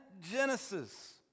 Genesis